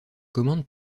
commande